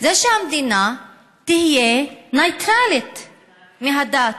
זה שהמדינה תהיה ניטרלית מהדת.